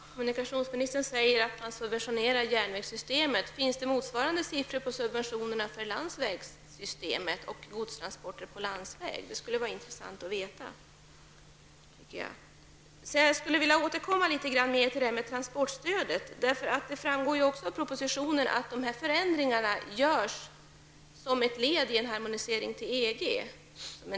Herr talman! Kommunikationsministern säger att man subventionerar järnvägssystemet. Finns det motsvarande siffror på subventionerna till landsvägssystemet och godstransporter på landsväg? Det skulle vara intressant att veta. Jag skulle vilja återkomma till transportstödet. Det framgår också av propositionerna att dessa förändringar görs som ett led i en harmonisering till EG.